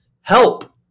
Help